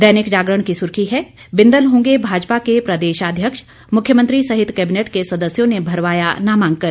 दैनिक जागरण की सुर्खी है बिंदल होंगे भाजपा के प्रदेशाध्यक्ष मुख्यमंत्री सहित कैबिनेट के सदस्यों ने भरवाया नामांकन